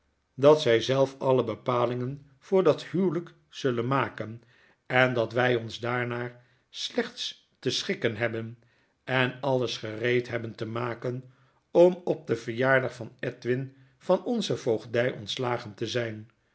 dat zy zelf alle bepalingen voor dat huwelyk zullen maken en dat wy ons daarnaar slechts te schikken hebben en alles gereed hebben te maken om op den verjaardag van edwin van onze voogdy ontslagen te zyn